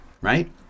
right